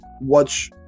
watch